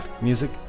music